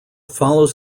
follows